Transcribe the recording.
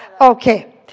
Okay